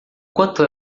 quanto